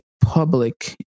public